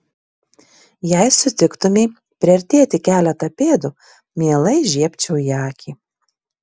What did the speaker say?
jei sutiktumei priartėti keletą pėdų mielai žiebčiau į akį